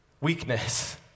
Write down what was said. weakness